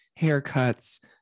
haircuts